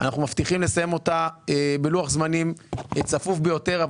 אנחנו מבטיחים לסיים אותה בלוח זמנים צפוף ביותר.